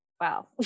wow